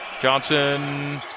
Johnson